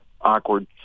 awkward